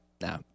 no